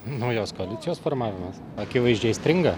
naujos koalicijos formavimas akivaizdžiai stringa